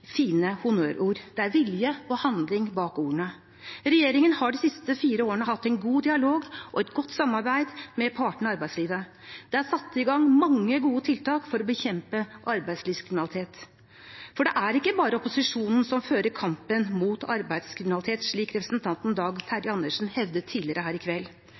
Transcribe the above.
fine honnørord, det er vilje og handling bak ordene. Regjeringen har de siste fire årene hatt en god dialog og et godt samarbeid med partene i arbeidslivet. Det er satt i gang mange gode tiltak for å bekjempe arbeidslivskriminalitet. For det er ikke bare opposisjonen som fører kampen mot arbeidslivskriminalitet, slik representanten Dag Terje Andersen hevdet tidligere her i kveld.